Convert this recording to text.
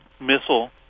missile